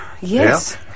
Yes